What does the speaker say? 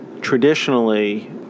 Traditionally